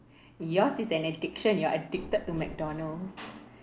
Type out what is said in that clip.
yours is an addiction you are addicted to McDonald's